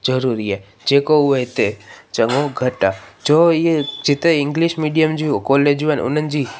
ज़रूरी आहे जेको उहो उते चङो घटि आहे जो इहे जिते इंग्लिश मीडियम जूं कोलेजूं आहिनि उन्हनि जी